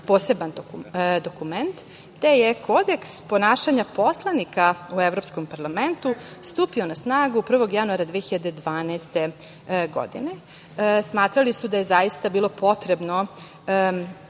poseban dokument, te je kodeks ponašanja poslanika u Evropskom parlamentu stupio na snagu 1. januara 2012. godine. Smatrali da je zaista bilo potrebno